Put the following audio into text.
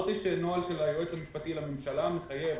אמרתי שנוהל של היועץ המשפטי לממשלה מחייב